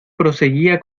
proseguía